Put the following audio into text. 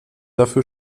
dafür